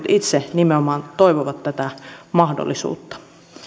itse nimenomaan toivovat tätä mahdollisuutta